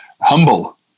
humble